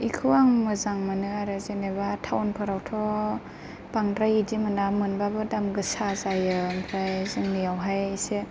बेखौ आं मोजां मोनो आरो जेन'बा टाउनफोरावथ' बांद्राय इदि मोना मोनबाबो दाम गोसा जायो ओमफ्राय जोंनिआव हाय एसे